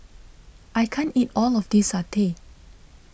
I can't eat all of this Satay